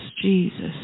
Jesus